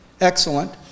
excellent